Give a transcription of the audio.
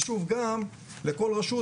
ושוב גם בכל רשות,